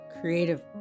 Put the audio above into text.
creative